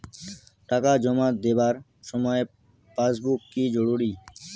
টাকা জমা দেবার সময় পাসবুক কি জরুরি?